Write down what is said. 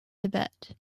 tibet